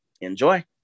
Enjoy